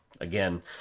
again